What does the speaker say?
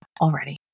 already